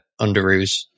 underoos